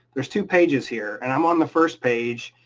there's two pages here and i'm on the first page,